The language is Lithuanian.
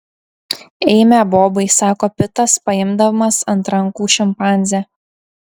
eime bobai sako pitas paimdamas ant rankų šimpanzę